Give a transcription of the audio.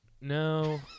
no